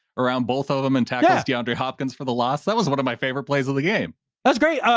around both of them and taxes, deandre hopkins for the loss. that was one of my favorite plays of the game. adam that's great. yeah